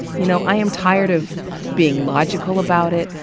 you know i'm tired of being logical about it,